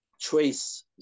trace